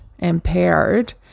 impaired